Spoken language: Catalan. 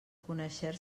conèixer